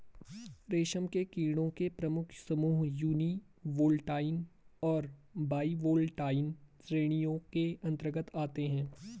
रेशम के कीड़ों के प्रमुख समूह यूनिवोल्टाइन और बाइवोल्टाइन श्रेणियों के अंतर्गत आते हैं